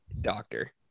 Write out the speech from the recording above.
doctor